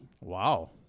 Wow